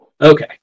Okay